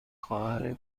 خواهر